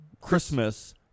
Christmas